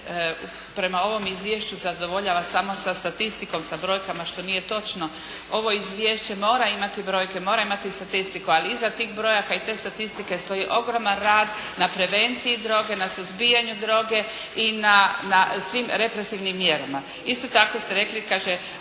prema ovom Izvješću zadovoljava samo sa statistikom, sa brojkama, što nije točno. Ovo Izvješće mora imati brojke, mora imati statistiku ali iza tih brojaka i te statistike stoji ogroman rad na prevenciji droge, na suzbijanju droge i na svim represivnim mjerama. Isto tako ste rekli, kaže,